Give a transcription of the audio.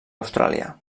austràlia